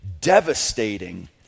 devastating